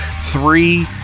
three